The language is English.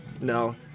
No